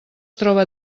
troba